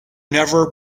never